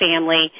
family